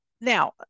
now